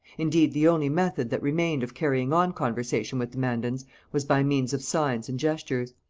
indeed, the only method that remained of carrying on conversation with the mandans was by means of signs and gestures.